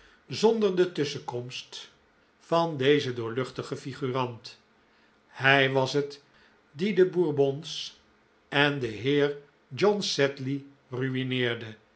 zonder de tusschenkomst van dezen doorluchtigen figurant hij was het die de bourbons en den heer john sedley ru'ineerde